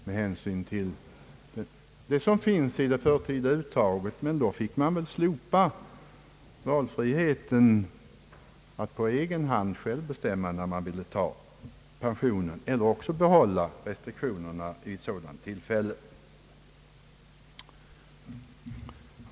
Men då skulle man fått slopa den individuella valfriheten eller behålla restriktionerna för dem som efter eget val tog ut pension vid den tidigare åldern.